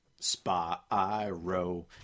Spyro